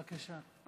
בבקשה,